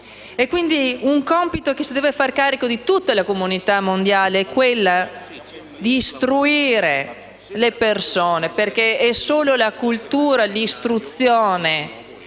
il compito di cui si deve fare carico tutta la comunità internazionale è quello di istruire le persone, perché solo la cultura e l'istruzione,